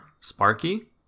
Sparky